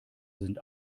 sind